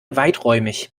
weiträumig